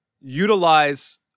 utilize